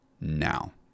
now